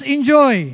Enjoy